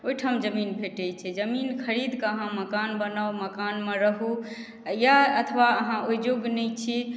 ओहिठाम जमीन भेटै छै जमीन खरीदके अहाँ मकान बनाउ मकानमे रहू या अथवा अहाँ ओहि योग्य नहि छी